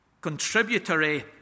contributory